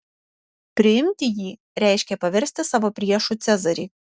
priimti jį reiškė paversti savo priešu cezarį